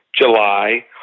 July